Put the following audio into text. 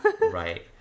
right